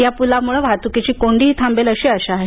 या पुलामुळे वाहतुकीची कोंडीही थांबेल अशी अशा आहे